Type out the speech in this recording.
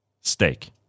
steak